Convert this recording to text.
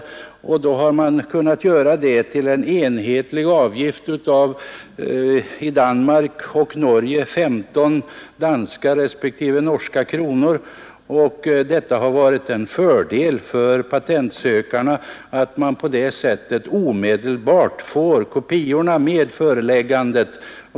Detta har man då kunnat göra till en enhetlig avgift, i Danmark och i Norge 15 danska respektive norska kronor. Det har varit en fördel för patentsökarna att på detta sätt omedelbart få kopiorna med föreläggandet.